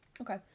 Okay